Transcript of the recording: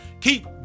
keep